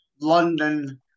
London